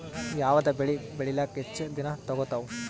ಯಾವದ ಬೆಳಿ ಬೇಳಿಲಾಕ ಹೆಚ್ಚ ದಿನಾ ತೋಗತ್ತಾವ?